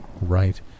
right